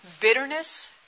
bitterness